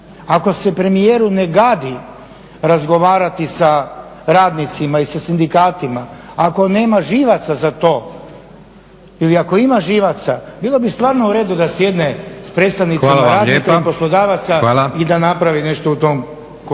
ako se premijeru ne gadi razgovarati sa radnicima i sa sindikatima, ako nema živaca za to ili ako ima živaca bilo bi stvarno u redu da sjedne s predstavnicima radnika … /Upadica: Hvala vam lijepa.